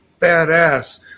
badass